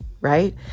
right